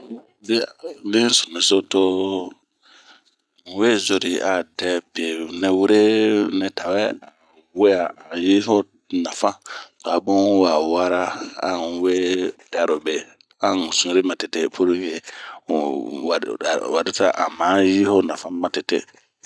N'yi yu di sunu so to'ooh ,un we zori a dɛ bie nɛ were nɛ ma we'aa. A yi ho nafan to a bun unh wa wara ,an un we we'arobe. warisa an ma yi oh nafan matete.